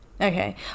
Okay